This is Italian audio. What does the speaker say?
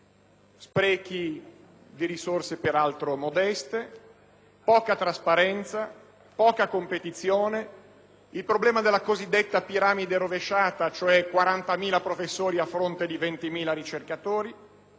sprechi di risorse, peraltro modeste; poca trasparenza; poca competizione; il problema della cosiddetta piramide rovesciata (40.000 professori a fronte di 20.000 ricercatori);